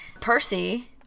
Percy